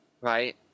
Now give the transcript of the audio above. Right